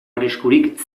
arriskurik